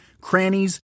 crannies